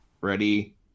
ready